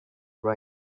right